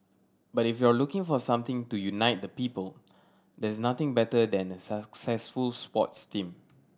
but if you're looking for something to unite the people there's nothing better than a successful sports team